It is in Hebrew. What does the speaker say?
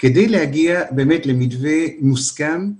כדי להגיע למתווה מוסכם,